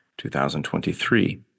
2023